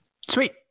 Sweet